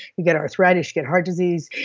you get arthritis, you get heart disease,